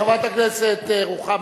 חברת הכנסת רוחמה